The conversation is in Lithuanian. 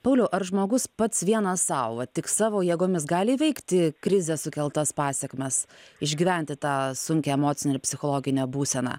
pauliau ar žmogus pats vienas sau va tik savo jėgomis gali įveikti krizės sukeltas pasekmes išgyventi tą sunkią emocinę ir psichologinę būseną